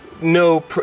no